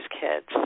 kids